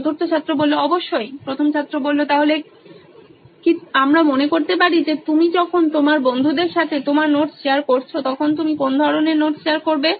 চতুর্থ ছাত্র অবশ্যই প্রথম ছাত্র তাহলে কি আমরা মনে করতে পারি যে তুমি যখন তোমার বন্ধুদের সাথে তোমার নোট শেয়ার করছো তখন তুমি কোন ধরনের নোট শেয়ার করবে